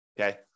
okay